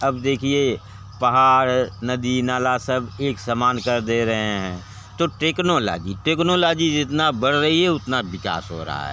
अब देखिए पहाड़ नदी नाला सब एक समान कर दे रहे हैं तो टेक्नोलाजी टेक्नोलीजी जितना बढ़ रही है उतना विकास हो रहा है